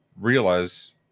realize